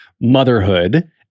motherhood